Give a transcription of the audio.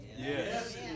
Yes